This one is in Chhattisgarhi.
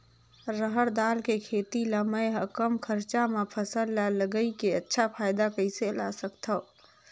रहर दाल के खेती ला मै ह कम खरचा मा फसल ला लगई के अच्छा फायदा कइसे ला सकथव?